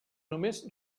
només